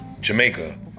Jamaica